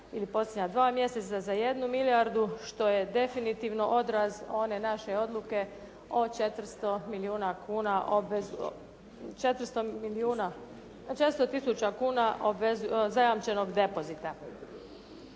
ili posljednja dva mjeseca za jednu milijardu što je definitivno odraz one naše odluke o 400 tisuća kuna zajamčenog depozita.